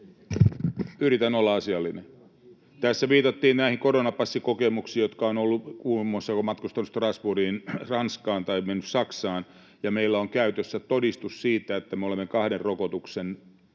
Yritän olla asiallinen. — Tässä viitattiin näihin koronapassikokemuksiin, jotka ovat olleet, kun muun muassa olen matkustanut Strasbourgiin Ranskaan tai mennyt Saksaan ja meillä on käytössä todistus siitä, että me olemme kahden rokotuksen